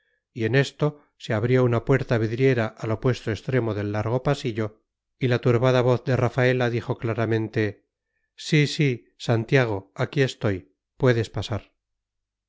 y en esto se abrió una puerta vidriera al opuesto extremo del largo pasillo y la turbada voz de rafaela dijo claramente sí sí santiago aquí estoy puedes pasar